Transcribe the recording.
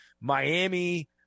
Miami –